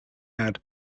had